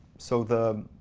so the